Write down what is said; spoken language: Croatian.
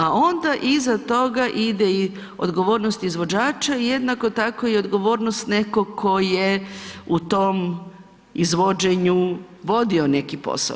A onda iza toga ide i odgovornost izvođača i jednako tako i odgovornost nekog tko je u tom izvođenju vodio neki posao.